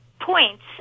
points